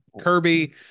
Kirby